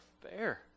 fair